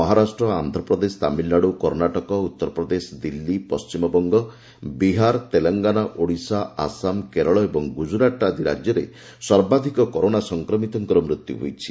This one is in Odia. ମହାରାଷ୍ଟ୍ର ଆନ୍ଧ୍ରପ୍ରଦେଶ ତାମିଲନାଡୁ କର୍ଣ୍ଣାଟକ ଉତ୍ତରପ୍ରଦେଶ ଦିଲ୍ଲୀ ପଣ୍ଟିମବଙ୍ଗ ବିହାର ତେଲଙ୍ଗାନା ଓଡ଼ିଶା ଆସାମ କେରଳ ଏବଂ ଗୁଜରାଟ ଆଦି ରାଜ୍ୟରେ ସର୍ବାଧିକ କରୋନା ସଂକ୍ରମିତଙ୍କର ମୃତ୍ୟୁ ହୋଇଛି